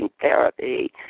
therapy